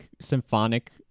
symphonic